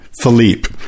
Philippe